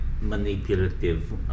manipulative